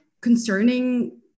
concerning